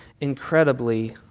incredibly